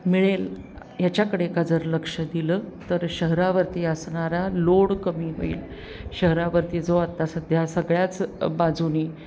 मिळेल याच्याकडे का जर लक्ष दिलं तर शहरावरती असणारा लोड कमी होईल शहरावरती जो आता सध्या सगळ्याच बाजूने